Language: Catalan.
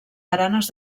baranes